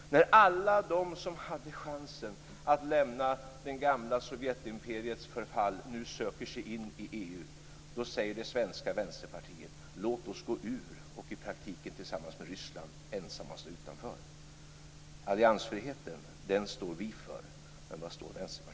När alla de som hade chansen att lämna det gamla Sovjetimperiets förfall nu söker sig in i EU, då säger det svenska vänsterpartiet: Låt oss gå ur och i praktiken tillsammans med Ryssland ensamma stå utanför. Alliansfriheten, den står vi för, men vad står